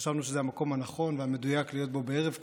חשבנו שזה המקום הנכון והמדויק להיות בו בערב כזה,